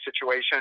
situation